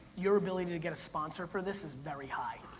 your ability to get a sponsor for this is very high.